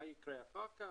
מה יקרה אחר כך,